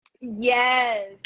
yes